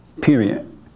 Period